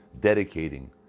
dedicating